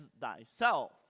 thyself